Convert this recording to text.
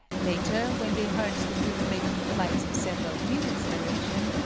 later, when they heard that we were making flights of several minutes' duration,